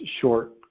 short